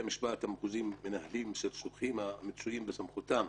המשפט המחוזיים מנהלים סכסוכים המצויים בסמכותם,